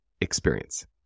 experience